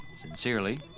Sincerely